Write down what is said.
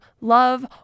love